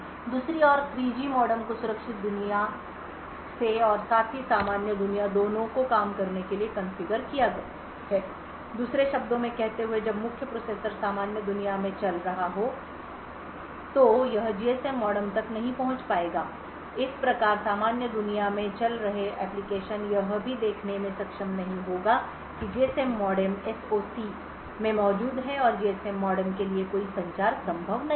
दूसरी ओर 3G modem को सुरक्षित दुनिया से और साथ ही सामान्य दुनिया दोनों को काम करने के लिए कॉन्फ़िगर किया गया है दूसरे शब्दों में कहते हुए जब मुख्य प्रोसेसर सामान्य दुनिया में चल रहा है तो यह जीएसएम मॉडम तक नहीं पहुंच पाएगा इस प्रकार सामान्य दुनिया में चल रहे एप्लिकेशन यह भी देखने में सक्षम नहीं होगा कि जीएसएम मॉडेम एसओसी में मौजूद है और जीएसएम मॉडम के लिए कोई संचार संभव नहीं है